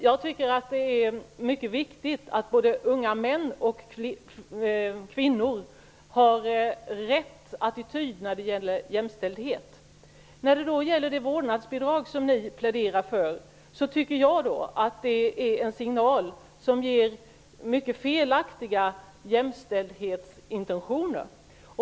Jag tycker att det är mycket viktigt att både unga män och kvinnor har rätt attityd när det gäller jämställdhet. När det då gäller det vårdnadsbidrag som ni pläderar för tycker jag att det är en signal som ger mycket felaktiga jämställdhetsintentioner.